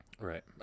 Right